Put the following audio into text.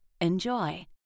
Enjoy